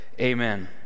Amen